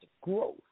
growth